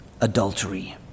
adultery